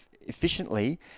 efficiently